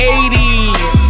80s